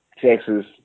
Texas